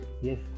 yes